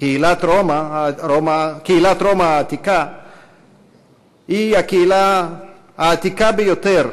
קהילת רומא העתיקה היא הקהילה העתיקה ביותר,